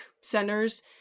centers